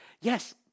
yes